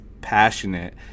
passionate